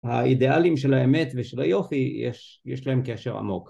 האידיאלים של האמת ושל היופי יש להם קשר עמוק